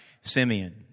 Simeon